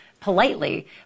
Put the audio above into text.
politely